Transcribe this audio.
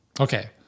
Okay